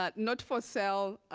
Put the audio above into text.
ah not for sale